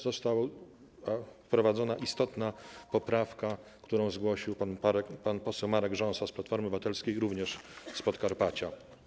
Została wprowadzona istotna poprawka, którą zgłosił pan poseł Marek Rząsa z Platformy Obywatelskiej, również z Podkarpacia.